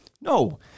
No